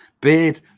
beard